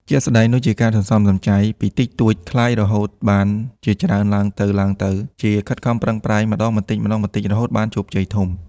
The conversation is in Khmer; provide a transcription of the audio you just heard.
ជាក់ស្ដែងដូចជា ការសន្សំសំចៃពីតិចតួចក្លាយរហូតបានជាច្រើនទ្បើងទៅៗ ជាខិតខំប្រឹងប្រែងម្តងបន្តិចៗរហូតបានជោគជ័យធំ។